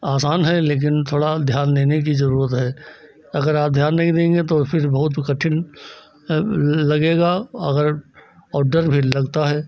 आसान है लेकिन थोड़ा ध्यान देने की ज़रूरत है अगर आप ध्यान नहीं देंगे तो फ़िर बहुत कठिन लगेगा अगर और डर भी लगता है